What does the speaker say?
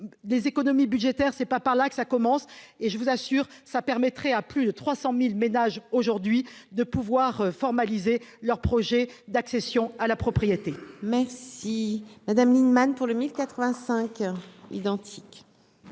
des économies budgétaires, c'est pas par là que ça commence et je vous assure ça permettrait à plus de 300000 ménages aujourd'hui de pouvoir formaliser leur projet d'accession à la propriété. Merci Madame Lienemann pour le 1085